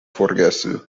forgesu